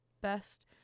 best